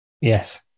Yes